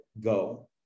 go